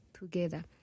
together